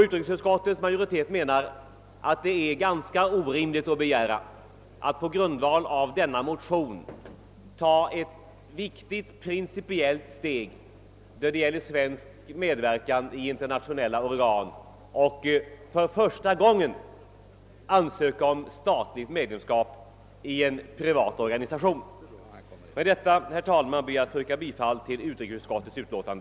Utrikesutskottets majoritet anser det vara ganska orimligt att begära att riksdagen på grund av denna motion skall ta ett viktigt principiellt steg vad beträffar svensk medverkan i internationella organ och för första gången ansöka om statligt medlemskap i en privat organisation. Med det anförda ber jag, herr talman, att få yrka bifall till utrikesutskottets förslag.